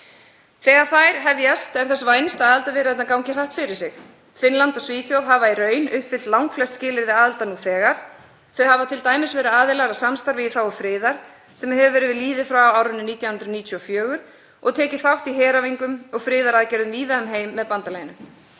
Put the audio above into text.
Þegar þær hefjast er þess vænst að aðildarviðræðurnar gangi hratt fyrir sig. Finnland og Svíþjóð hafa í raun uppfyllt langflest skilyrði aðildar nú þegar, þau hafa t.d. verið aðilar að samstarfi í þágu friðar sem hefur verið við lýði frá árinu 1994 og tekið þátt í heræfingum og friðaraðgerðum víða um heim með bandalaginu.